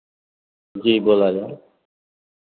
जी बोला जाए